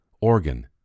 organ